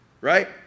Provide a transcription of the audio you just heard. right